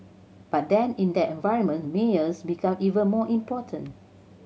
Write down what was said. but then in that environment mayors become even more important